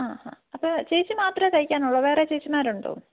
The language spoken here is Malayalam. ആ ആ അപ്പോൾ ചേച്ചി മാത്രമേ തയ്ക്കാനുള്ളൊ വേറെ ചേച്ചിമാരുണ്ടോ